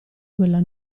quella